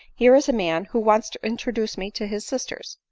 here is a man who wants to introduce me to his sisters.